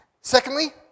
Secondly